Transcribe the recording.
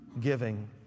giving